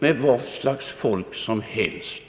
med vad slags folk som helst.